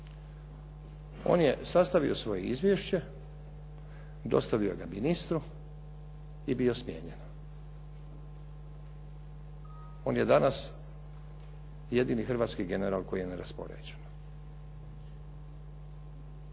On je sastavio svoje izvješće, dostavio ga ministru i bio smijenjen. On je danas jedini hrvatski general koji je neraspoređen.